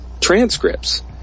transcripts